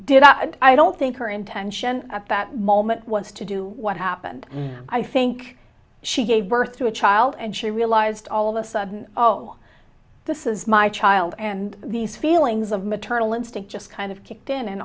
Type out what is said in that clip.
and i don't think her intention at that moment was to do what happened i think she gave birth to a child and she realized all of a sudden oh this is my child and these feelings of maternal instinct just kind of kicked in and